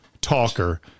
talker